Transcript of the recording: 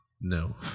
No